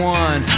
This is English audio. one